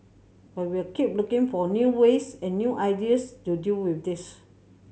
but we'll keep looking for new ways and new ideas to deal with this